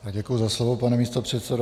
Děkuji za slovo, pane místopředsedo.